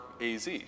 AZ